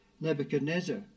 Nebuchadnezzar